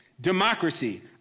Democracy